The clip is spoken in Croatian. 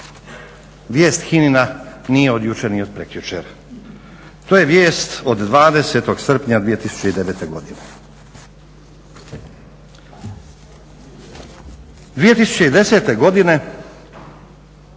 Vijest HINA-ina nije od jučer ni od prekjučer. To je vijest od 20. srpnja 2009. godine. 2010. godine